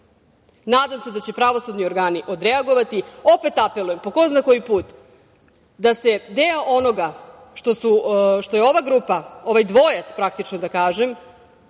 Nadam se da će pravosudni organi odreagovati. Opet apelujem po ko zna koji put da se deo onoga što je ova grupa, ovaj dvojac, praktično da kažem,